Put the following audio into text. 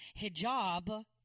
hijab